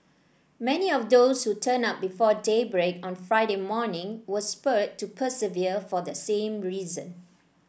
many of those who turned up before daybreak on Friday morning was spurred to persevere for the same reason